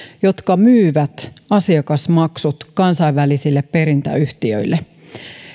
jotka myyvät asiakasmaksut kansainvälisille perintäyhtiöille